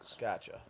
Gotcha